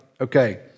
Okay